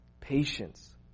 patience